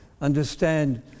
understand